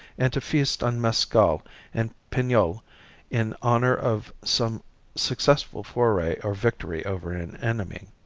and to feast on mescal and pinole in honor of some successful foray or victory over an enemy.